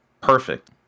perfect